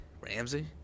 Ramsey